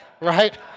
Right